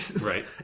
Right